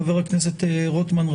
חבר הכנסת רוטמן.